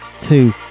two